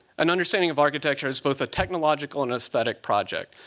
an understanding of architecture as both a technological and aesthetic project.